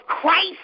Christ